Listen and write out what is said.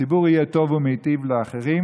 הציבור יהיה טוב ומיטיב לאחרים.